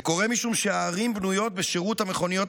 זה קורה משום שהערים בנויות בשירות המכוניות